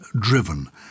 driven